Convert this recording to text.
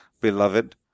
beloved